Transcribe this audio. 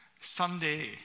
someday